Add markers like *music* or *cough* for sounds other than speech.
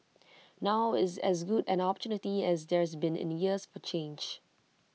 *noise* now is as good an opportunity as there's been in years for change